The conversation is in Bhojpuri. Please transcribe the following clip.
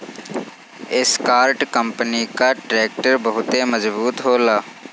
एस्कार्ट कंपनी कअ ट्रैक्टर बहुते मजबूत होला